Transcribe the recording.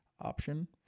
option